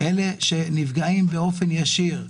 אלה שנפגעים באופן ישיר.